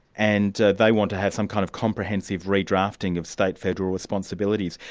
and they want to have some kind of comprehensive redrafting of state-federal responsibilities.